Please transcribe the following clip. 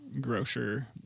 Grocer